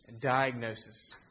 diagnosis